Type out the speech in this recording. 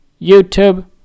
YouTube